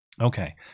Okay